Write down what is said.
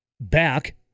back